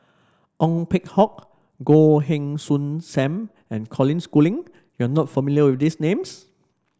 Ong Peng Hock Goh Heng Soon Sam and Colin Schooling you are not familiar with these names